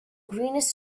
greenish